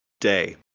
Day